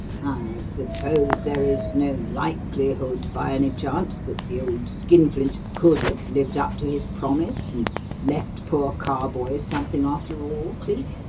suppose there is no likelihood, by any chance, that the old skinflint could have lived up to his promise and left poor carboys something, after all, cleek?